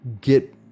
get